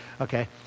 Okay